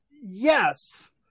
Yes